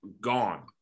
gone